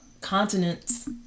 Continents